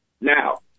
Now